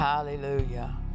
Hallelujah